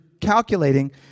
calculating